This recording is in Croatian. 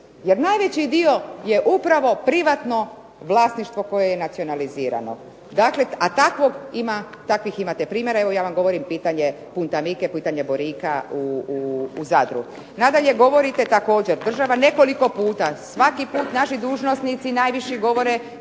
jer najveći dio je upravo privatno vlasništvo koje je nacionalizirano a takvih imate primjera. Evo, ja vam govorim pitanje Puntanike, pitanje Borika u Zadru. Nadalje, govorite također država nekoliko puta, svaki put naši dužnosnici najviši govore